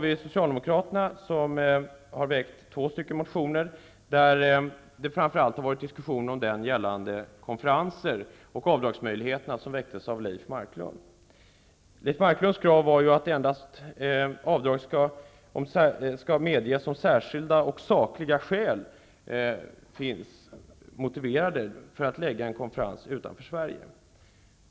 Socialdemokraterna har väckt två motioner. Det har framför allt varit diskussion om den motion om avdragsmöjligheterna vid konferenser som väcktes av Leif Marklund. Leif Marklunds krav var att avdrag skall medges endast om särskilda och sakliga skäl motiverar att man lägger en konferens utanför Sverige.